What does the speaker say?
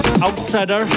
Outsider